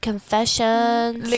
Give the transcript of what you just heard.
Confessions